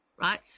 right